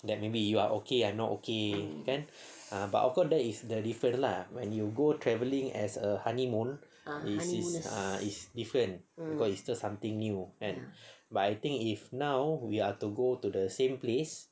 then maybe you are okay I not okay kan but of course there is there different lah when you go travelling as a honeymoon is is is different because it's still something new kan but I think if now we are to go to the same place